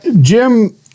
Jim